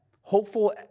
hopeful